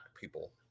People